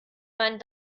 meinen